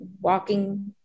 walking